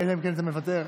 רבותיי, הצעת החוק המדוברת,